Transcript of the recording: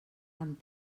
amb